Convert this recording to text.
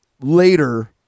later